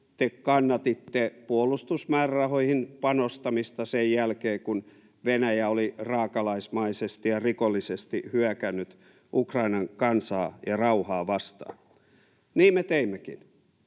te kannatitte puolustusmäärärahoihin panostamista sen jälkeen, kun Venäjä oli raakalaismaisesti ja rikollisesti hyökännyt Ukrainan kansaa ja rauhaa vastaan. Niin me teimmekin,